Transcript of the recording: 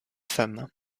femmes